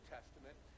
Testament